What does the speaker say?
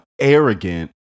arrogant